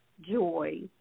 joy